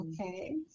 Okay